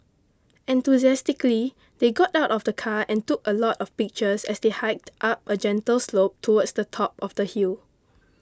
enthusiastically they got out of the car and took a lot of pictures as they hiked up a gentle slope towards the top of the hill